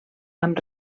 amb